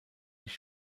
ich